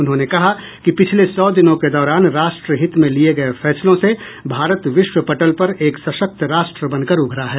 उन्होंने कहा कि पिछले सौ दिनों के दौरान राष्ट्र हित में लिये गये फैसलों से भारत विश्व पटल पर एक सशक्त राष्ट्र बनकर उभरा है